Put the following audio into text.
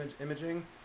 imaging